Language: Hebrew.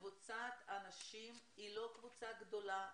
קבוצת האנשים היא לא קבוצה גדולה,